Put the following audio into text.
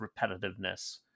repetitiveness